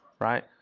right